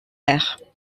aires